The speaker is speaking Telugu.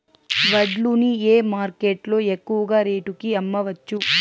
వడ్లు ని ఏ మార్కెట్ లో ఎక్కువగా రేటు కి అమ్మవచ్చు?